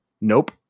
Nope